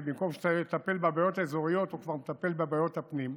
שבמקום שיטפל בבעיות האזוריות הוא כבר מטפל בבעיות הפנים,